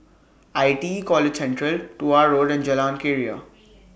I T E College Central Tuah Road and Jalan Keria